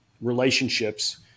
relationships